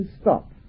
stop